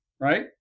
Right